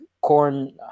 corn